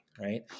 right